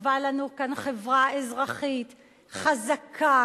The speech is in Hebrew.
חשובה לנו כאן חברה אזרחית חזקה,